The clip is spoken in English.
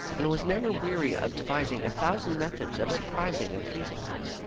and was never weary of devising a thousand methods of surprising and pleasing her.